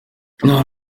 nta